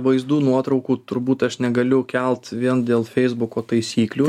vaizdų nuotraukų turbūt aš negaliu kelt vien dėl feisbuko taisyklių